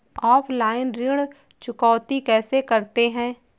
Offline ऋण चुकौती कैसे करते हैं?